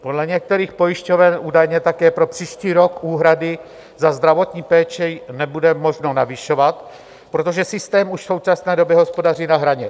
Podle některých pojišťoven údajně také pro příští rok úhrady za zdravotní péči nebude možno navyšovat, protože systém už v současné době hospodaří na hraně.